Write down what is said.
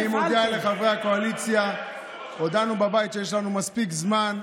אני מודיע לחברי הקואליציה: הודענו בבית שיש לנו מספיק זמן.